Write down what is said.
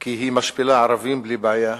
כי היא משפילה ערבים בלי בעיה.